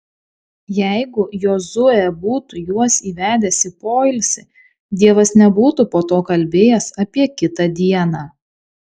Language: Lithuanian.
jeigu jozuė būtų juos įvedęs į poilsį dievas nebūtų po to kalbėjęs apie kitą dieną